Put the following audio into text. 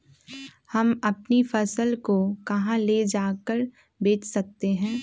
हम अपनी फसल को कहां ले जाकर बेच सकते हैं?